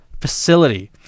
facility